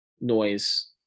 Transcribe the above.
noise